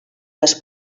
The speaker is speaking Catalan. les